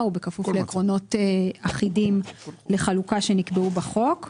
ובכפוף לעקרונות אחידים לחלוקה שנקבעו בחוק שהם: